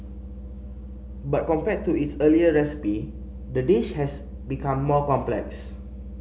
but compared to its earlier recipe the dish has become more complex